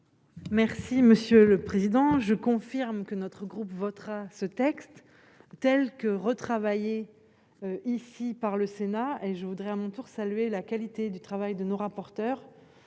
Merci monsieur le président, je confirme que notre groupe votera ce texte tels que retravailler ici par le Sénat et je voudrais à mon tour saluer la qualité du travail de nos rapporteurs,